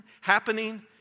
happening